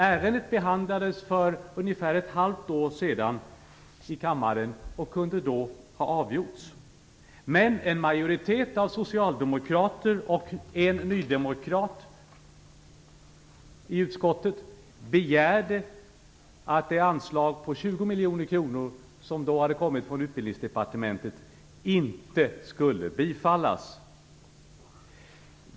Ärendet behandlades för ungefär ett halvt år sedan i kammaren och kunde då ha avgjorts. Men en majoritet av socialdemokrater och en nydemokrat i utskottet begärde att det förslag om anslag på 20 miljoner kronor som då kommit från Utbildningsdepartementet inte skulle bifallas.